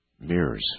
Mirrors